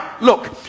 look